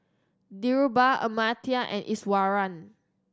Dhirubhai Amartya and Iswaran